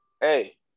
Hey